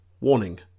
Warning